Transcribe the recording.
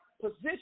position